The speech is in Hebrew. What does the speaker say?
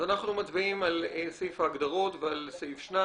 אז אנחנו מצביעים על סעיף ההגדרות ועל סעיף 2